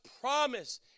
promise